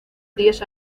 diez